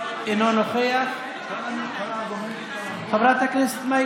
אינו נוכח, חברת הכנסת מאי